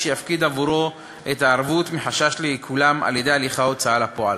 שיפקיד עבורו את הערבות מחשש לעיקולה על-ידי הליכי ההוצאה לפועל.